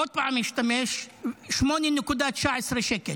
עוד פעם השתמש, 8.19 שקל,